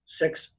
six